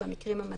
כשרים.